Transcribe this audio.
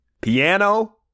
Piano